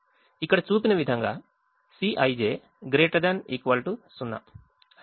ఇక్కడ చూపించిన విధంగా Cij ≥ 0